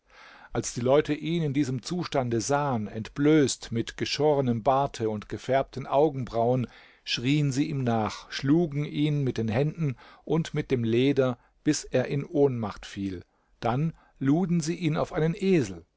als die leute ihn in diesem zustande sahen entblößt mit geschornem barte und gefärbten augenbrauen schrieen sie ihm nach schlugen ihn mit den händen und mit dem leder bis er in ohnmacht fiel dann luden sie ihn auf einen esel